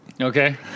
Okay